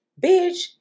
bitch